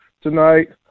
tonight